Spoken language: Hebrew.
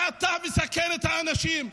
כי אתה מסכן את האנשים.